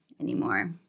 anymore